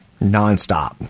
nonstop